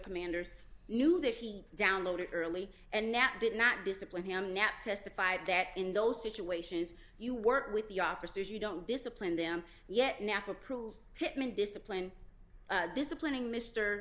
commanders knew that he downloaded early and nat did not discipline him now testified that in those situations you work with the officers you don't discipline them yet knapp approved pittman discipline disciplining mr